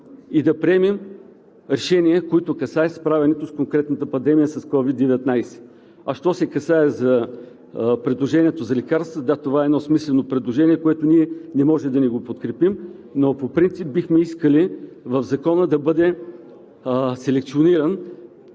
и да приемем решения, които са за пандемията с COVID-19. Що се касае за предложението за лекарствата – да, това е едно смислено предложение, което ние не може да не подкрепим. Но по принцип бихме искали в Закона да бъде селекциониран,